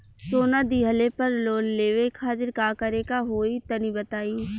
सोना दिहले पर लोन लेवे खातिर का करे क होई तनि बताई?